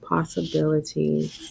Possibilities